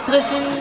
Listen